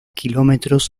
kilómetros